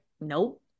nope